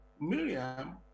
Miriam